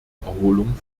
erholung